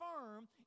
firm